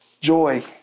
Joy